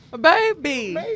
baby